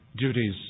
duties